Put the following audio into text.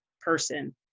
person